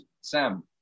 Sam